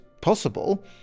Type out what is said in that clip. possible